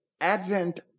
advent